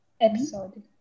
episode